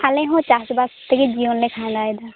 ᱟᱞᱮᱦᱚ ᱪᱟᱥᱵᱟᱥ ᱛᱮᱜᱮ ᱡᱤᱭᱚᱱᱞᱮ ᱠᱷᱟᱱᱰᱟᱣ ᱮᱫᱟ